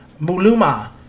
Muluma